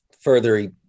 further